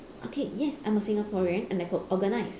okay yes I'm a Singaporean and I got organise